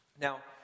Now